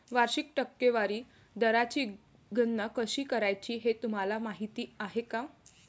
वार्षिक टक्केवारी दराची गणना कशी करायची हे तुम्हाला माहिती आहे का?